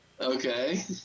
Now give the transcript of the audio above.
Okay